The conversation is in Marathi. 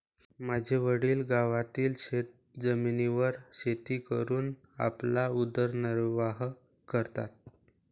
माझे वडील गावातील शेतजमिनीवर शेती करून आपला उदरनिर्वाह करतात